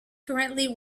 currently